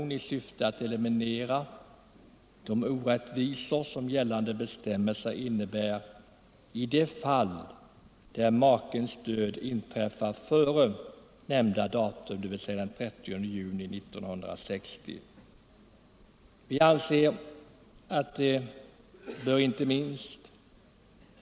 Vi vill att de som blivit änkor före detta datum skall behandlas på samma sätt som de som blivit änkor efter den 30 juni 1960.